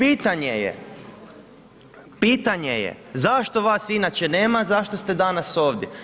I pitanje je zašto vas inače nema, a zašto ste danas ovdje?